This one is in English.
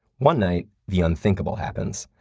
one night, the unthinkable happens.